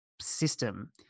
system